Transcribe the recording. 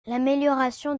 l’amélioration